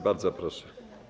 Bardzo proszę.